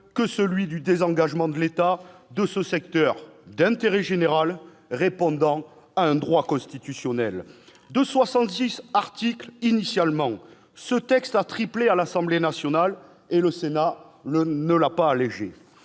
que celui du désengagement de l'État de ce secteur d'intérêt général répondant à un droit constitutionnel. De 66 articles initialement, ce texte a triplé à l'Assemblée nationale, et le Sénat ne l'a pas allégé.